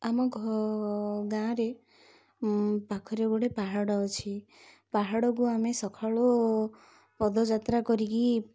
ଆମ ଘ ଗାଁ ରେ ପାଖରେ ଗୋଟେ ପାହାଡ଼ ଅଛି ପାହାଡ଼କୁ ଆମେ ସଖାଳୁ ପଦଯାତ୍ରା କରିକି